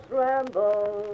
ramble